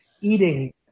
eating